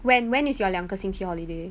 when when is your 两个星期 holiday